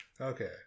okay